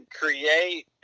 create